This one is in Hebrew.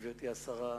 גברתי השרה,